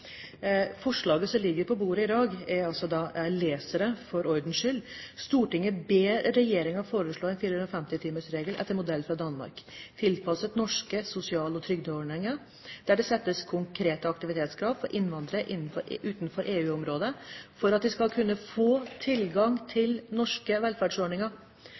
Forslaget som ligger på bordet i dag, er altså – jeg leser det for ordens skyld: «Stortinget ber regjeringen foreslå en 450-timers regel, etter modell fra Danmark, tilpasset norske sosial- og trygdeordninger der det settes konkrete aktivitetskrav for innvandrere utenfor EU-området for at de skal kunne få tilgang til norske velferdsordninger.»